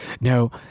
No